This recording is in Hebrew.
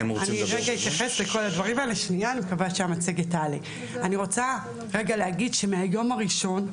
אני רוצה להגיד שמהיום הראשון,